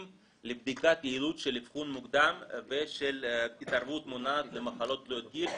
לבדיקת יעילות של אבחון מוקדם ושל התערבות מונעת למחלות תלויות גיל.